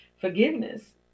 forgiveness